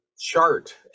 chart